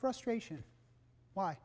frustration why